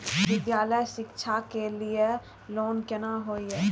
विद्यालय शिक्षा के लिय लोन केना होय ये?